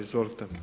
Izvolite.